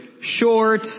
short